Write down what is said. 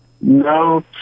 No